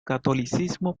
catolicismo